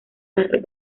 las